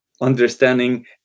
understanding